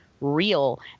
real